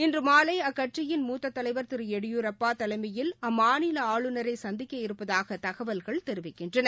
இன்றுமாலைஅக்கட்சியின் மூத்ததலைவா் திருளடியூரப்பாதலைமையில் அம்மாநிலஆளுநரைசந்திக்க இருப்பதாகதகவல்கள் தெரிவிக்கின்றன